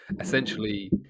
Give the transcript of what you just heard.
essentially